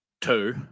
two